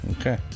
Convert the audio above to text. Okay